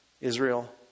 Israel